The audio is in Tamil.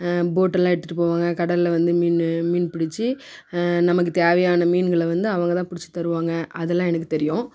போட்டெல்லாம் எடுத்துகிட்டு போவாங்க கடலில் வந்து மீன் மீன் பிடித்து நமக்கு தேவையான மீன்களை வந்து அவங்கதான் பிடிச்சி தருவாங்க அதெல்லாம் எனக்கு தெரியும்